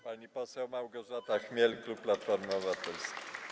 Pani poseł Małgorzata Chmiel, klub Platformy Obywatelskiej.